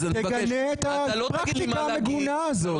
אז אני מבקש --- תגנה את הפרקטיקה המגונה הזאת.